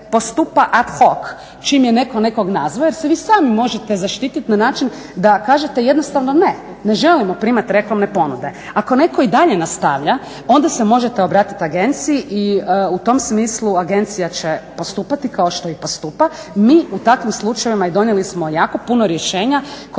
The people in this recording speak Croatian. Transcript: postupa ad hoc, čim je netko nekoga nazvao jer se vi sami možete zaštititi na način da kažete jednostavno ne, ne želimo primati reklamne ponude. Ako netko i dalje nastavlja onda se možete obratiti agenciji i u tom smislu agencija će postupati kao što i postupa. Mi u takvim slučajevima i donijeli smo jako puno rješenja kojima